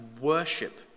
worship